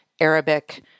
Arabic